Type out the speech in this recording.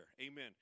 Amen